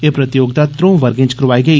एह प्रतियोगिता त्रों वर्गे च कराई गेई